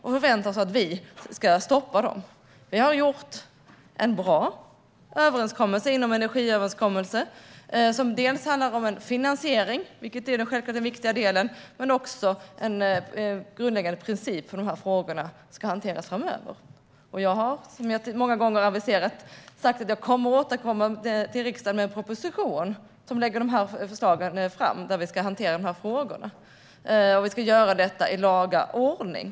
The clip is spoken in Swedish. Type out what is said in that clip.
De förväntar sig att vi ska stoppa dem. Vi har gjort en bra överenskommelse inom energiöverenskommelsen. Det handlar om en finansiering, vilket självklart är den viktiga delen, men också om en grundläggande princip för hur de här frågorna ska hanteras framöver. Jag har sagt - jag har många gånger aviserat det - att jag kommer att återkomma till riksdagen med en proposition där de här förslagen läggs fram. Där ska vi hantera dessa frågor. Vi ska göra detta i laga ordning.